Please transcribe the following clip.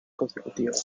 consecutiva